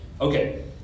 Okay